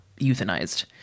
euthanized